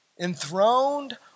enthroned